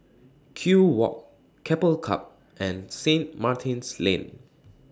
Kew Walk Keppel Club and Saint Martin's Lane